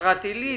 נצרת עילית,